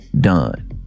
Done